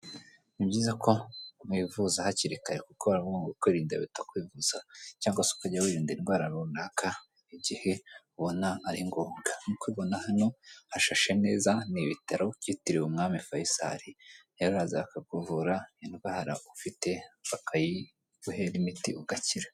Ni byiza ko umuntu yivuza hakiri kare kuko baravuga ngo kwiringa biruta kwivuza, cyangwa se ukajya wirinda indwara rinaka igihe ubna ari ngombwa. Nk'uko mubibona hano, hashashe neza ni ku bitaro byitiriwe umwami fayisari, rero uraza bakakuvura indwara ufite, bakayiguhera imiti, ugakira.